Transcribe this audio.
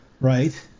right